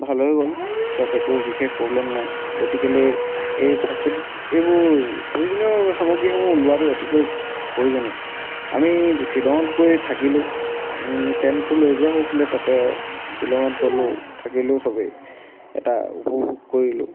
ভাল হৈ গ'ল চব একো বিশেষ প্ৰব্লেম নাই গতিকেলৈ এই ফাৰ্ষ্ট এইড এইবোৰ প্ৰয়োজনীয় সামগ্ৰীসমূহ লোৱাটো অতিকৈ প্ৰয়োজনীয় আমি শ্বিলঙত গৈ থাকিলোঁ টেণ্টটো লৈ যোৱা হৈছিলে তাতে শ্বিলঙত গলোঁ থাকিলোঁ চবেই এটা উপভোগ কৰিলোঁ